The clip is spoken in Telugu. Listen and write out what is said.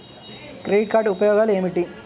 క్రెడిట్ కార్డ్ ఉపయోగాలు ఏమిటి?